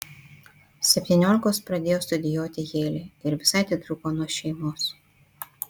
septyniolikos pradėjo studijuoti jeile ir visai atitrūko nuo šeimos